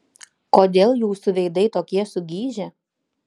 kodėl jūsų veidai tokie sugižę